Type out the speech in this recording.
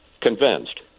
convinced